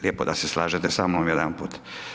Lijepo da se slažete sa mnom jedanput.